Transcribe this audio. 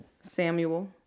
Samuel